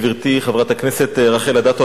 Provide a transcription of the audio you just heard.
גברתי חברת הכנסת רחל אדטו,